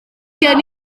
gen